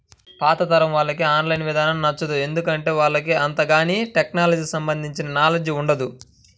పాతతరం వాళ్లకి online ఇదానం నచ్చదు, ఎందుకంటే వాళ్లకు అంతగాని టెక్నలజీకి సంబంధించిన నాలెడ్జ్ ఉండదు